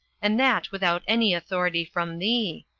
and that without any authority from thee.